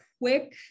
quick